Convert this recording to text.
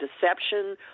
deception